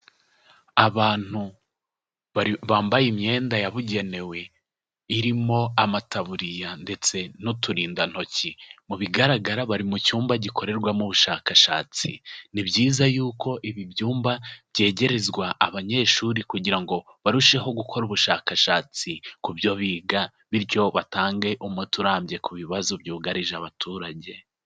Abantu bambaye imyenda yabugenewe irimo amataburiya ndetse n'uturindantoki, mu bigaragara bari mu cyumba gikorerwamo ubushakashatsi, ni byiza yuko ibi byumba byegerezwa abanyeshuri kugira ngo barusheho gukora ubushakashatsi ku byo biga, bityo batange umuti urambye ku bibazo byugarije abaturage.